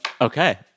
Okay